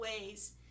ways